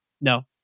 No